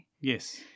Yes